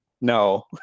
No